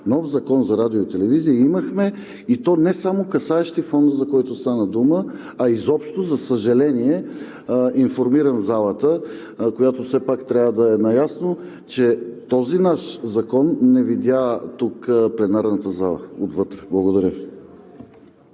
нов Закон за радио и телевизия – имахме, и то не само касаещи Фонда, за който стана дума. Изобщо, за съжаление, информирам залата, която все пак трябва да е наясно, че този наш закон не видя пленарната зала отвътре. Благодаря